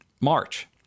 March